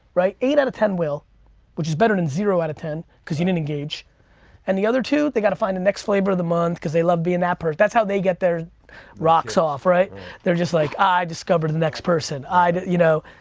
eight out of ten will which is better than zero outta ten cause you didn't engage and the other two? they gotta find the next flavor of the month cause they love being that person. that's how they get their rocks off. they're just like i discovered the next person. i, you know?